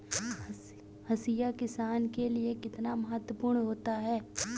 हाशिया किसान के लिए कितना महत्वपूर्ण होता है?